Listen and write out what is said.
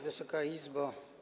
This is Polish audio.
Wysoka Izbo!